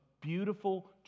beautiful